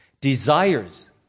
desires